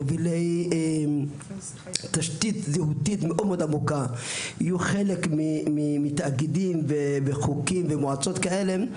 מובילי תשתית זהותית מאוד עמוקה יהיו חלק מתאגידים וחוקים ומועצות כאלה,